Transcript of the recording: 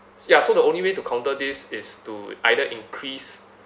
ya so the only way to counter this is to either increase